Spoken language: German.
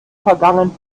vergangen